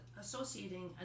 associating